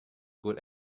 good